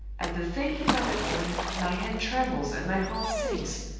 at the thinking of it only, my hand trembles and my heart sinks.